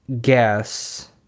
guess